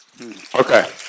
Okay